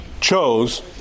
chose